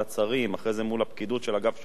אחרי זה מול הפקידות של אגף שוק ההון.